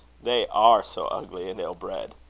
they are so ugly and ill-bred.